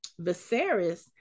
Viserys